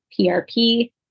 PRP